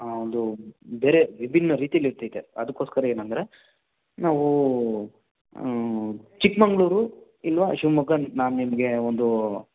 ಒಂದು ಬೇರೆ ವಿಭಿನ್ನ ರೀತಿಲಿರ್ತೈತೆ ಅದಕ್ಕೋಸ್ಕರ ಏನಂದರೆ ನಾವು ಚಿಕ್ಕಮಗ್ಳೂರು ಇಲ್ವಾ ಶಿವಮೊಗ್ಗ ನಾನು ನಿಮಗೆ ಒಂದು